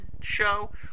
show